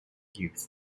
youth